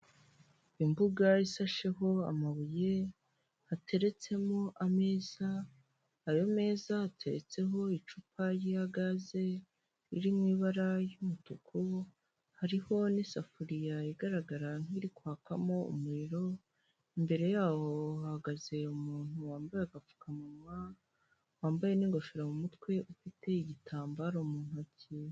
Imbugasasheho amabuye ateretsemo ameza ayo meza ateretseho icupa rya gaze, riri mu ibara ry'umutuku hariho n'isafuriya igaragara nk'iri kwakamo umuriro, imbere yawo hahagaze umuntu wambaye agapfukamunwa wambaye n'ingofero mu mutwe ufite igitambaro mu ntoki.